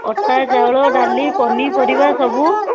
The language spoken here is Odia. ଅଟା ଚାଉଳ ଡାଲି ପନିପରିବା ସବୁ